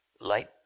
Light